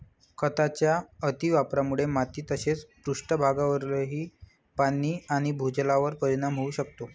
खतांच्या अतिवापरामुळे माती तसेच पृष्ठभागावरील पाणी आणि भूजलावर परिणाम होऊ शकतो